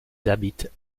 habitent